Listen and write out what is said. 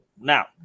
Now